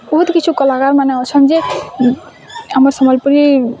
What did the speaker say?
ବହୁତ୍ କିଛୁ କଲାକାର୍ମାନେ ଅଛନ୍ ଯେ ଆମର୍ ସମ୍ବଲପୁରୀ